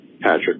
Patrick